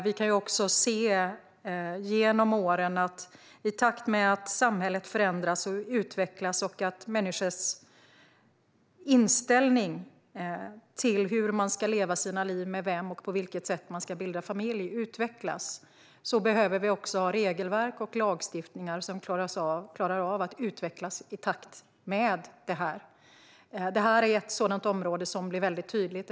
Vi kan se genom åren att när samhället förändras och utvecklas och allteftersom människors inställning till hur man ska leva sina liv och med vem och på vilket sätt man ska bilda familj utvecklas behöver vi ha regelverk och lagstiftningar som klarar av att utvecklas i takt med detta. Det här är ett område där detta blir tydligt.